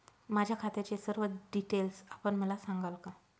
माझ्या खात्याचे सर्व डिटेल्स आपण मला सांगाल का?